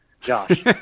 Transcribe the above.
Josh